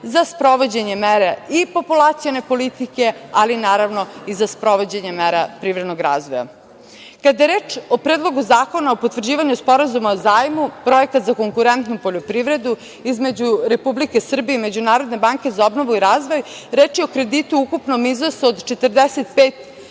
za sprovođenje mere i populacione politike, ali naravno i za sprovođenje mera razvoja. Kada je reč o Predlogu zakona o potvrđivanju Sporazuma o zajmu, projekat za konkurentnu poljoprivredu između Republike Srbije i Međunarodne banke za obnovu i razvoj, reč je o kreditu o ukupnom iznosu od 45